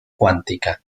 cuántica